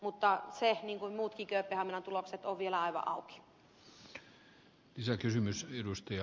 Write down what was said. mutta se niin kuin muutkin kööpenhaminan tulokset on vielä aivan auki